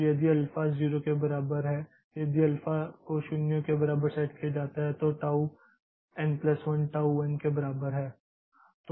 तो यदि अल्फ़ा 0 के बराबर है यदि अल्फ़ा को 0 के बराबर सेट किया जाता है तो tau n1tau n1 tau n के बराबर है